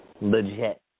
Legit